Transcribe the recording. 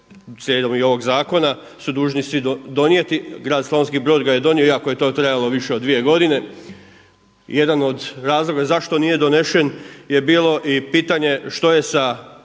slijedom i ovog zakona su dužni svi donijeti. Grad Slavonski Brod ga je donio iako je to trajalo više od dvije godine. Jedan od razloga zašto nije donesen je bilo i pitanje što je sa